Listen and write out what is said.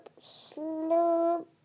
slurp